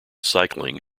cycling